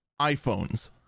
iPhones